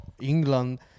England